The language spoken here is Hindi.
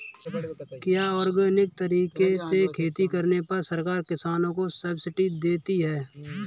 क्या ऑर्गेनिक तरीके से खेती करने पर सरकार किसानों को सब्सिडी देती है?